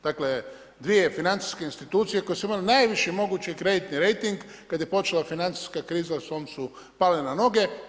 Dakle, dvije financijske institucije koje su imale najviši mogući kreditni rejting kad je počela financijska kriza u svom su pale na noge.